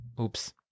Oops